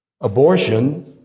Abortion